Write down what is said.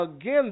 again